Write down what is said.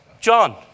John